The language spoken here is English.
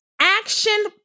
Action